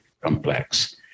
complex